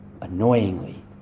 annoyingly